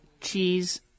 cheese